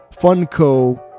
Funko